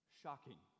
shocking